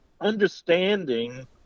understanding